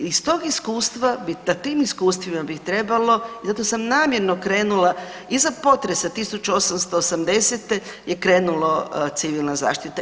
Iz tog iskustva, na tim iskustvima bi trebalo i zato sam namjerno krenula, iza potresa 1880. je krenula civilna zaštita.